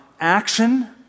action